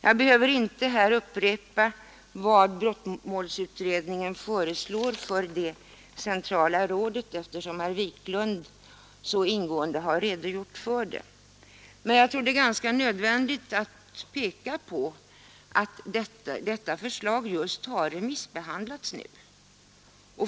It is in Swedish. Jag behöver inte här upprepa vad brottmålsutredningen föreslår för det centrala rådet, eftersom herr Wiklund i Stockholm så ingående har redogjort för det, men jag tror det är ganska nödvändigt att peka på att detta förslag just har remissbehandlats.